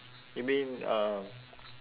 you mean uh